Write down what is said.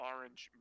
Orange